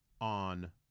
on